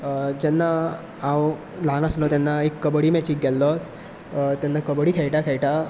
जेन्ना हांव ल्हान आसलो तेन्ना एक कबड्डी मॅचीक गेल्लो तेन्ना कबड्डी खेळटा खेळटा